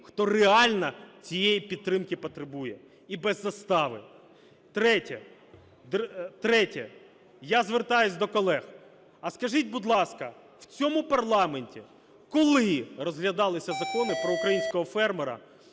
хто реально цієї підтримки потребує, і без застави. Третє. Я звертаюсь до колег. А скажіть, будь ласка, в цьому парламенті коли розглядалися закони про українського фермера,